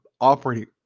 operating